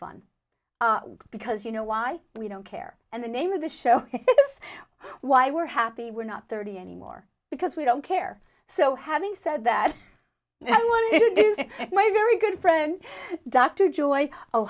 fun because you know why we don't care and the name of the show is why we're happy we're not thirty anymore because we don't care so having said that i want my very good friend dr joy oh